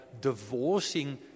divorcing